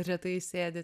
retai sėdi